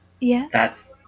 Yes